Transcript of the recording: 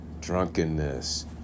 drunkenness